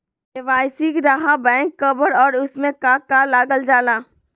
KYC रहा back cover और उसमें का का लागल जाला?